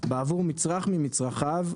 בעבור מצרך ממצרכיו.